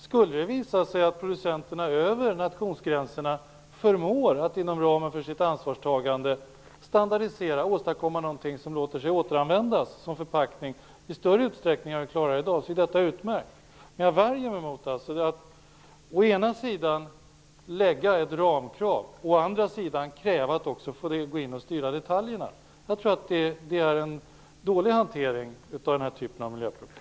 Skulle det visa sig att producenterna över nationsgränserna och inom ramen för sitt ansvarstagande förmår att standardisera och åstadkomma något som låter sig återanvändas som förpackning i större utsträckning än vad vi klarar i dag är det utmärkt. Men jag värjer mig mot att å ena sidan ställa ett ramkrav, å andra sidan kräva att också få styra detaljerna. Jag tror att det är en dålig hantering av den här typen av miljöproblem.